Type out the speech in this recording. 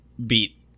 beat